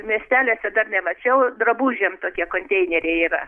miesteliuose dar nemačiau drabužiam tokie konteineriai yra